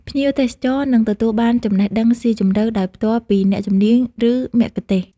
ភ្ញៀវទេសចរនឹងទទួលបាន ចំណេះដឹងស៊ីជម្រៅ ដោយផ្ទាល់ពីអ្នកជំនាញ ឬមគ្គុទ្ទេសក៍។